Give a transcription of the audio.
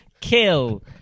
Kill